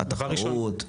התחרות?